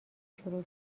شروع